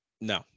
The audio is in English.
no